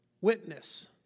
witness